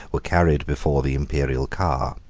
were carried before the imperial car.